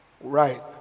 Right